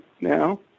now